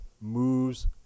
moves